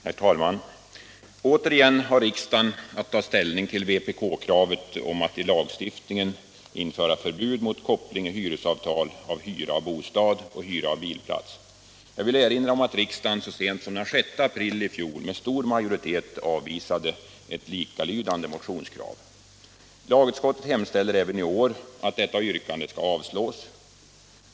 Herr talman! Återigen har riksdagen att ta ställning till vpk-kravet om att i lagstiftningen införa förbud mot koppling i hyresavtal av hyra av bostad och hyra av bilplats. Jag vill erinra om att riksdagen så sent som den 6 april i fjol med stor majoritet avvisade ett likalydande motionskrav. Lagutskottet hemställer även i år att detta yrkande avslås.